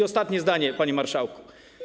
Ostatnie zdanie, panie marszałku.